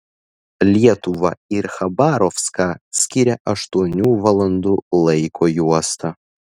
lietuvą ir chabarovską skiria aštuonių valandų laiko juosta